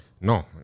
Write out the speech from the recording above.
No